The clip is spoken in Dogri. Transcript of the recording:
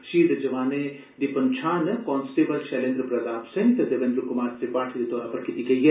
शहीद जवानें दी पंछान कांस्टेबल शैलेन्द्र प्रताप सिंह ते देवेन्दर कुमार त्रिपाठी दे तौरा पर कीती गेई ऐ